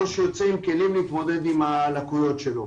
או שהוא יוצא עם כלים להתמודד עם הלקויות שלו.